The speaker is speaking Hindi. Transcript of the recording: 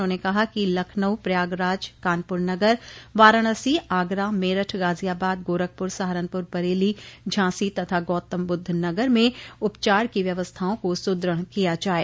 उन्होंने कहा कि लखनऊ प्रयागराज कानप्र नगर वाराणसी आगरा मेरठ गाजियाबाद गोरखपुर सहारनपुर बरेली झांसी तथा गौतमब्रद्ध नगर में उपचार की व्यवस्थाओं को सुदृढ़ किया जाये